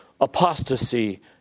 apostasy